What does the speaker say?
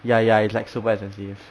ya ya it's like super expensive